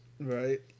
Right